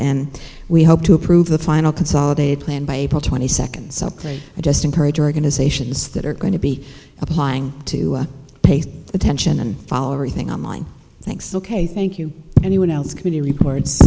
and we hope to approve the final consolidated plan by april twenty second something i just encourage organizations that are going to be applying to pay attention and follow every thing on line thanks ok thank you anyone else committee reports